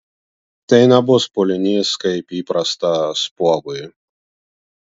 tai nebus pūlinys kaip įprasta spuogui